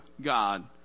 God